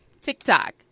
TikTok